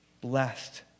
Blessed